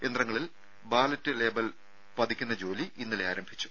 യന്ത്രങ്ങളിൽ wallet label പതിക്കുന്ന ജോലി ഇന്നലെ ആരംഭിച്ചു